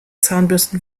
zahnbürsten